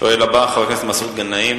השואל הבא הוא חבר הכנסת מסעוד גנאים.